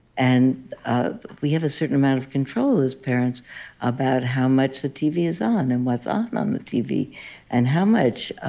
and we have a certain amount of control as parents about how much the tv is on and what's ah and on the tv and how much ah